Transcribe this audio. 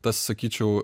tas sakyčiau